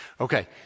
Okay